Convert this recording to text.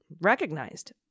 recognized